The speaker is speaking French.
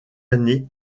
année